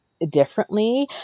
differently